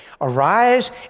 Arise